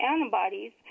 antibodies